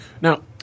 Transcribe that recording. Now